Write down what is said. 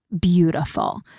beautiful